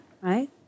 right